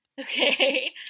Okay